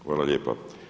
Hvala lijepa.